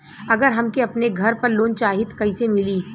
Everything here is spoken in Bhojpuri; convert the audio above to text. अगर हमके अपने घर पर लोंन चाहीत कईसे मिली?